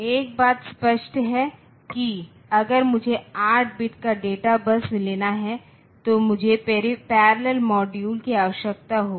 एक बात स्पष्ट है कि अगर मुझे 8 बिट का डेटा बस लेना है तो मुझे पैरेलल मॉड्यूल की आवश्यकता होगी